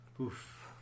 Oof